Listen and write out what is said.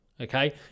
okay